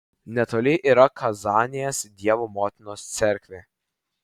netoli yra kazanės dievo motinos cerkvė